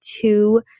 two